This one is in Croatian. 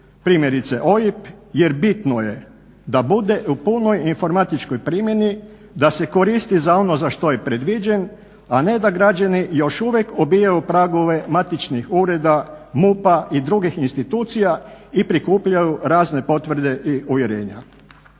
primjerice OIB, jer bitno je da bude u punoj informatičkoj primjeni, da se koristi za ono za što je predviđen, a ne da građani još uvijek obijaju pragove matičnih ureda, MUP-a i drugih institucija i prikupljaju razne potvrde i uvjerenja.